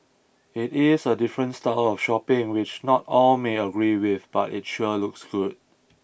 it is a different style of shopping which not all may agree with but it sure looks good